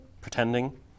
pretending